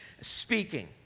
speaking